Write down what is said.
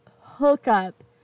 hookup